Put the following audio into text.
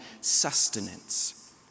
sustenance